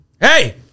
Hey